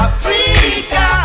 Africa